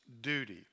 duty